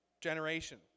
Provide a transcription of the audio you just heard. generation